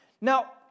Now